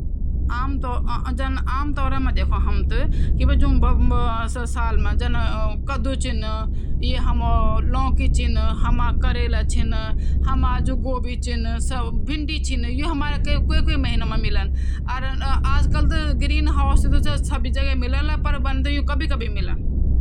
रसोई मां खाणों कि बर्बादि कमण्यें रोकदन, येकु सबसे आसान तरीका यो चि कि एक ही बार मां भौत ज्यादा खाणों नि बणौंण। आपन इथ्या ज्यादा खाणों बणेंलि कि स्वो तीन चार दिन तक चलणूं चि। तेते बासी करी ते खाणां छिन-खाणा छिन। स्वो स्वास्थ्य ते भी हानिकारक ह्वोंद। दूसरी बात...एक बार मां एक चीज बणावा अर सब खावा। यन ना कि अब यो भी बणौंण, या चीज भी बणौंण, यो आइटम भी बणौंण, स्वो भी बणौंण..तेसे क्या ह्वंद, जब खाणों भौत ज्यादा ह्वे जंद, स्वो खाणों हमेशा बर्बादे जांद। त ये वजह से हमेशा कम बणावा, स्वस्थ बणावा, अच्छू खाणों बणावा। स्वो ही बढ़िया चि।